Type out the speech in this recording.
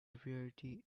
variety